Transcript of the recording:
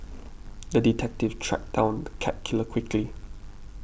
the detective tracked down the cat killer quickly